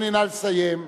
נא לסיים.